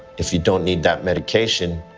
if you don't need that medication,